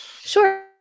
Sure